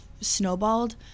snowballed